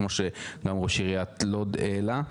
שגם ראש עיריית לוד העלה.